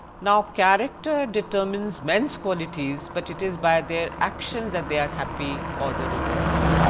now character determines men's qualities but, it is by their actions that they are happy or the reverse.